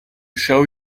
show